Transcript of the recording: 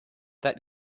that